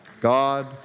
God